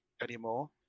anymore